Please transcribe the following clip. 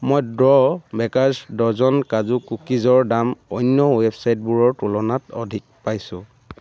মই the baker's dozen কাজু কুকিজৰ দাম অন্য ৱেবচাইটবোৰৰ তুলনাত অধিক পাইছোঁ